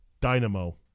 dynamo